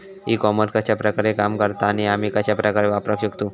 E commerce कश्या प्रकारे काम करता आणि आमी कश्या प्रकारे वापराक शकतू?